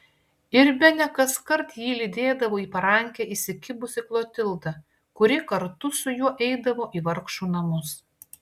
ir bene kaskart jį lydėdavo į parankę įsikibusi klotilda kuri kartu su juo eidavo į vargšų namus